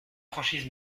franchise